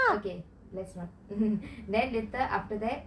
okay let's not and then later after that